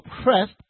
oppressed